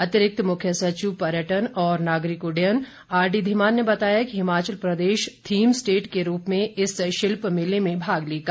अतिरिक्त मुख्य सचिव पर्यटन और नागरिक उड्डयन आरडी धीमान ने बताया कि हिमाचल प्रदेश थीम स्टेट के रूप में इस शिल्प मेले में भाग लेगा